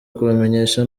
kubamenyesha